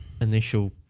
initial